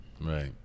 Right